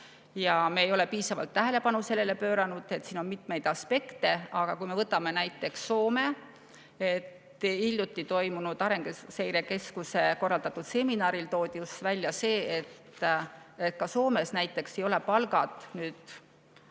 me ei ole piisavalt tähelepanu sellele pööranud. Siin on mitmeid aspekte, aga kui me võtame näiteks Soome, siis hiljuti toimunud Arenguseire Keskuse korraldatud seminaril toodi välja, et ka Soomes ei ole õpetajate palgad kõige